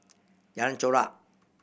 Jalan Chorak